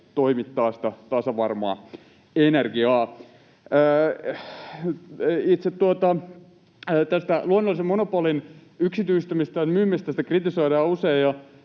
toimittavat tasavarmaa energiaa. Itse tästä luonnollisen monopolin yksityistämisestä ja myymisestä: Sitä kritisoidaan usein ja